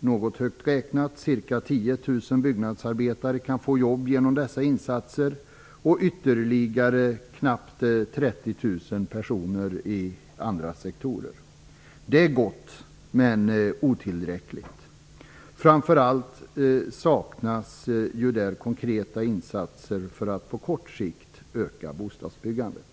något högt räknat, att ca 10 000 byggnadsarbetare kan få jobb genom dessa insatser och ytterligare knappt 30 000 personer i andra sektorer. Det är gott - men otillräckligt. Framför allt saknas där konkreta insatser för att på kort sikt öka bostadsbyggandet.